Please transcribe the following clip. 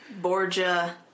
Borgia